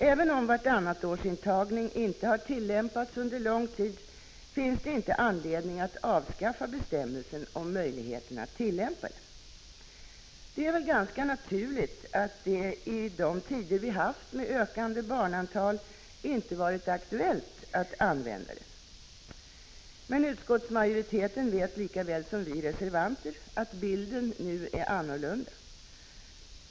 Även om vartannatårsintagning inte har tillämpats under lång tid finns det inte anledning att avskaffa betämmelsen om möjligheten att tillämpa den. Det är väl ganska naturligt att det i de tider vi har haft med ökande barnantal inte har varit aktuellt att använda vartannatårsintagning. Men utskottsmajoriteten vet lika väl som vi reservanter att bilden nu är annorlunda.